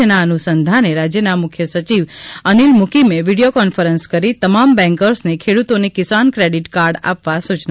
જેના અનુસંધાને રાજ્યના મુખ્ય સચિવ અનિલ મુકીમે વીડિયો કોન્ફરન્સ કરી તમામ બેન્કર્સને ખેડૂતોને કિસાન ક્રેડિટ કાર્ડ આપવા સૂચના આપી છે